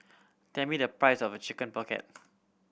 tell me the price of Chicken Pocket